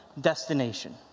destination